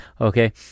okay